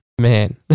man